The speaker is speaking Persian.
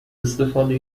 استفاده